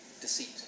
deceit